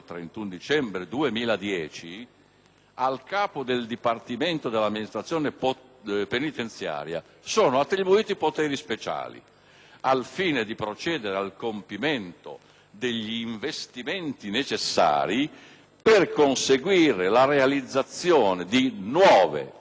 al Capo del Dipartimento dell'amministrazione penitenziaria sono attribuiti poteri speciali al fine di procedere al compimento degli investimenti necessari per conseguire la realizzazione di nuove infrastrutture carcerarie